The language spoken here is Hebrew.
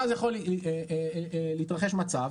ואז יכול להתרחש מצב,